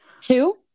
two